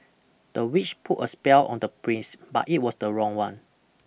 the witch put a spell on the prince but it was the wrong one